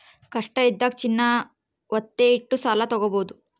ಕಷ್ಟ ಇದ್ದಾಗ ಚಿನ್ನ ವತ್ತೆ ಇಟ್ಟು ಸಾಲ ತಾಗೊಬೋದು